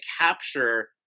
capture